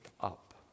up